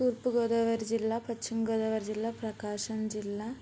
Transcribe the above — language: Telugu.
తూర్పు గోదావరి జిల్లా పశ్చిమ గోదావరి జిల్లా ప్రకాశం జిల్లా